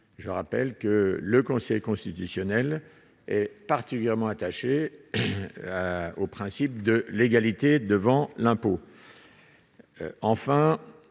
je rappelle que le conseil constitutionnel est particulièrement attaché au principe de l'égalité devant l'impôt.